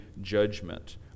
judgment